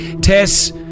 Tess